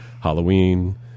Halloween